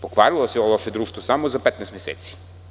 Pokvarilo se ovo loše društvo samo za 15 meseci.